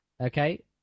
Okay